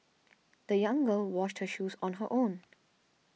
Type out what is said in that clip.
the young girl washed her shoes on her own